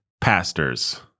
pastors